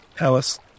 Alice